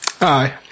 Aye